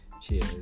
Cheers